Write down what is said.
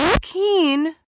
keen